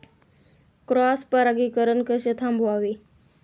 Cross परागीकरण कसे थांबवावे?